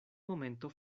momento